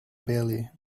bailey